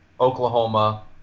oklahoma